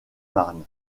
marne